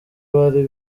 bari